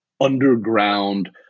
underground